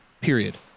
Period